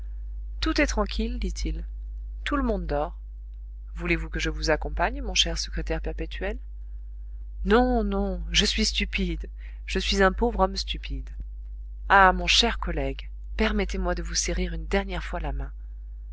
tout est tranquille dit-il tout le monde dort voulez-vous que je vous accompagne mon cher secrétaire perpétuel non non je suis stupide je suis un pauvre homme stupide ah mon cher collègue permettez-moi de vous serrer une dernière fois la main